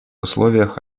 условиях